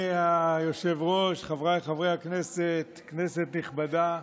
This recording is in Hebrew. היושב-ראש, חבריי חברי הכנסת, כנסת נכבדה,